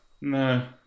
No